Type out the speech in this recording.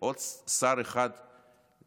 עוד שר אחד לפחות,